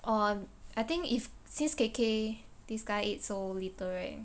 um I think is since K_K this guy eat so little right